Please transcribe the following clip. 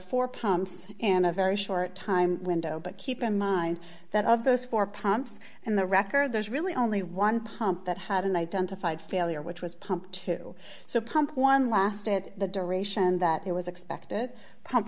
four pumps and a very short time window but keep in mind that of those four pumps and the record there's really only one pump that had an identified failure which was pump two so pump one lasted the duration that it was expected pump